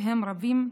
והם רבים,